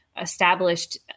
Established